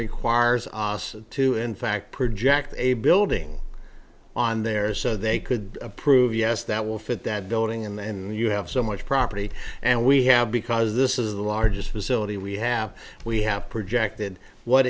os to in fact project a building on there so they could prove yes that will fit that building and you have so much property and we have because this is the largest facility we have we have projected what